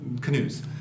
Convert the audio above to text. canoes